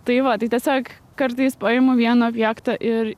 tai va tai tiesiog kartais paimu vieną objektą ir